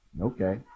Okay